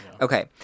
Okay